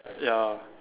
ya